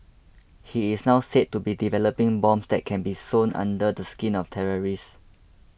he is now said to be developing bombs that can be sewn under the skin of terrorists